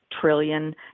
trillion